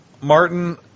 Martin